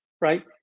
right